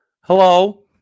Hello